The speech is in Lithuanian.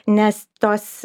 nes tos